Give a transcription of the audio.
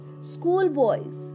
schoolboys